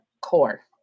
core